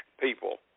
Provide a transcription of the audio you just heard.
people